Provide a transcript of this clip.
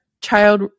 child